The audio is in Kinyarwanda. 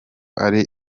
ari